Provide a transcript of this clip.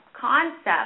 concept